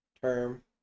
term